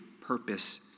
purpose